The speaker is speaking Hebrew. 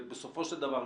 בסופו של דבר,